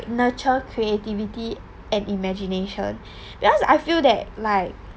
nurture creativity and imagination because I feel that like